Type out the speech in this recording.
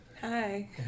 Hi